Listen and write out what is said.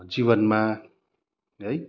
जीवनमा है